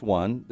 one